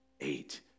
eight